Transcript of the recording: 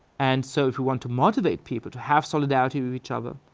and so if we want to motivate people to have solidarity with each other.